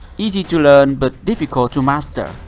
easy to learn but difficult to master.